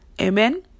Amen